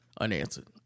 unanswered